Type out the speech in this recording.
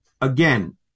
again